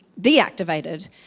deactivated